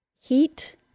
Heat